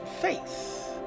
faith